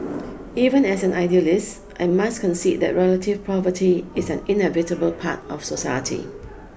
even as an idealist I must concede that relative poverty is an inevitable part of society